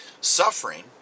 Suffering